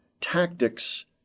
tactics